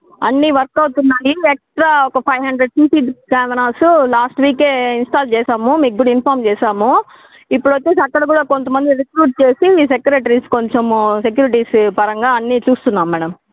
అన్ని వర్క్ అవుతున్నాయి ఎక్స్ట్రా ఒక five hundred CC cameras last వీకే ఇన్స్టాల్ చేశాము మీకు కూడా ఇన్ఫామ్ చేశాము ఇప్పుడొచ్చేసి అక్కడ కూడా కొంతమందిని రిక్రూట్ చేసి మీ సెక్రెటరీస్ కొంచెము సెక్యూరిటీస్ పరంగా అన్ని చూస్తున్నాము మేడం